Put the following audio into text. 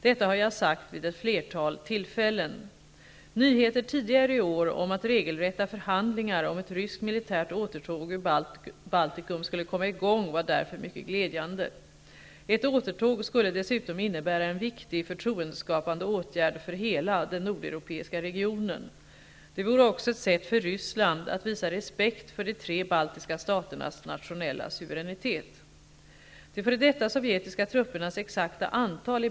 Detta har jag sagt vid ett flertal tillfällen. Nyheter tidigare i år om att regelrätta förhandlingar om ett ryskt militärt återtåg ur Baltikum skulle komma i gång var därför mycket glädjande. Ett återtåg skulle dessutom innebära en viktig förtroendeskapande åtgärd för hela den nordeuropeiska regionen. Det vore också ett sätt för Ryssland att visa respekt för de tre baltiska staternas nationella suveränitet.